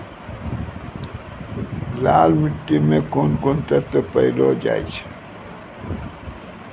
लाल मिट्टी मे कोंन कोंन तत्व पैलो जाय छै?